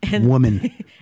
woman